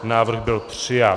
Návrh byl přijat.